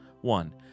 One